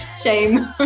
Shame